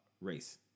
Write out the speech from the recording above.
race